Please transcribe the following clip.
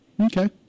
Okay